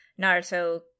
Naruto